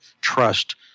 trust